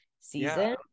season